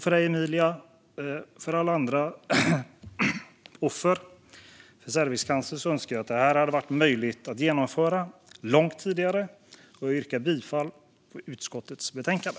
För dig, Emilia, och för alla andra offer för cervixcancer önskar jag att detta hade varit möjligt att genomföra långt tidigare. Jag yrkar bifall till förslaget i utskottets betänkande.